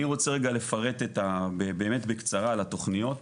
אני רוצה רגע לפרט באמת בקצרה על התוכניות.